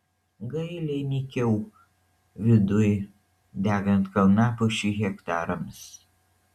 gailiai mykiau viduj degant kalnapušių hektarams